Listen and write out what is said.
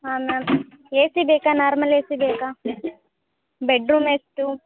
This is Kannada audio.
ಹಾಂ ಮ್ಯಾಮ್ ಎ ಸಿ ಬೇಕಾ ನಾರ್ಮಲ್ ಎ ಸಿ ಬೇಕಾ ಬೆಡ್ರೂಮ್ ಎಷ್ಟು